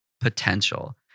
potential